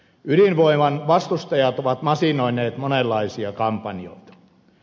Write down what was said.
ydinvoiman vastustajat ovat masinoineet monenlaisia kampanjoita